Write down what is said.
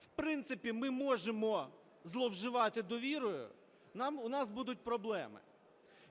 в принципі, ми можемо зловживати довірою, у нас будуть проблеми.